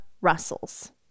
Russell's